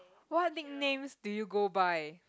what nicknames do you go by